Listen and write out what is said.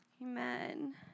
Amen